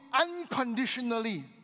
unconditionally